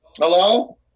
hello